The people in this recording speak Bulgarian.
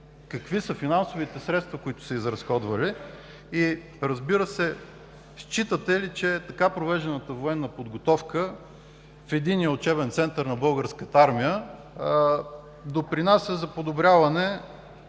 Какви са финансовите средства, които са изразходвали? Считате ли, че така провежданата военна подготовка в Единния учебен център на българската армия допринася за подобряване